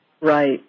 Right